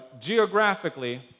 geographically